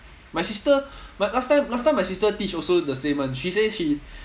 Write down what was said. my sister my last time last time my sister teach also the same [one] she say she